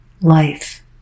life